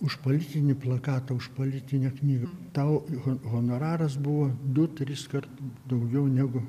už politinį plakatą už politinę knygą tau ho honoraras buvo du triskart daugiau negu